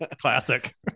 classic